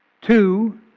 two